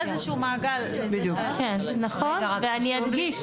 אני אדגיש,